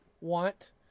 want